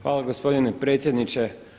Hvala gospodine predsjedniče.